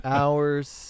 hours